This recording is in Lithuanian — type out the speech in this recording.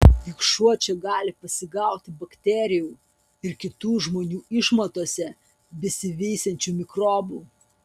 juk šuo čia gali pasigauti bakterijų ir kitų žmonių išmatose besiveisiančių mikrobų